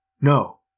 No